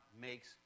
makes